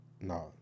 No